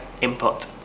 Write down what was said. input